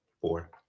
Four